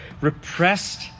Repressed